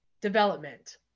development